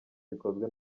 bikozwe